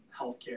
healthcare